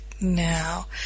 now